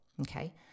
Okay